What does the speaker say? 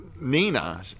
nina